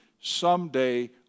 someday